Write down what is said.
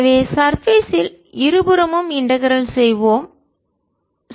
எனவே சர்பேஸ் யில் மேற்பரப்பில் இருபுறமும் இன்டகரல் செய்வோம் ஒருங்கிணைப்போம்